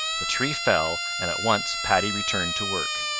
the tree fell, and at once paddy returned to work.